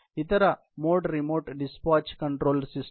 ఇతర mode remote dispatch control system